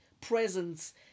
presence